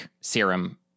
serum